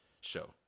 show